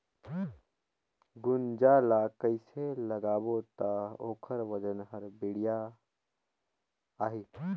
गुनजा ला कइसे लगाबो ता ओकर वजन हर बेडिया आही?